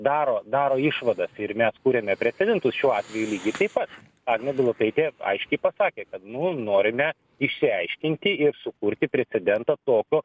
daro daro išvadas ir mes kuriame precedentus šiuo atveju lygiai taip pat agnė bilotaitė aiškiai pasakė kad nu norime išsiaiškinti ir sukurti precedentą tokio